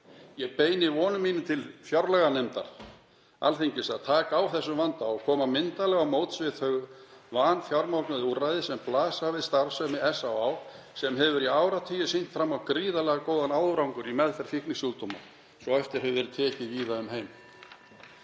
Ég beini orðum mínum til fjárlaganefndar Alþingis um að taka á þessum vanda og koma myndarlega á móts við þau vanfjármögnuðu úrræði sem blasa við í starfsemi SÁÁ, sem hefur í áratugi sýnt fram á gríðarlega góðan árangur í meðferð fíknisjúkdóma svo eftir hefur verið tekið víða um heim.